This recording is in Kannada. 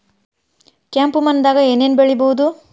ಕೆಂಪು ಮಣ್ಣದಾಗ ಏನ್ ಏನ್ ಬೆಳಿಬೊದು?